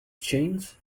chains